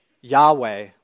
Yahweh